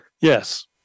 Yes